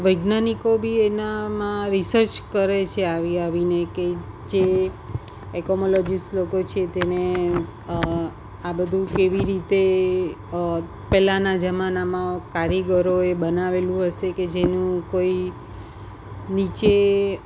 વૈજ્ઞાનિકો બિ એનામાં રિસર્ચ કરે છે આવી આવીને કે જે એકોમોલોજીસ્ટ લોકો છે તેને આ બધું કેવી રીતે પહેલાના જમાનામાં કારીગરોએ બનાવેલું હશે કે જેનું કોઈ નીચે